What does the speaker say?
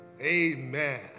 Amen